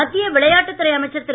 மத்திய விளையாட்டுத் துறை அமைச்சர் திரு